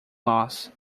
loss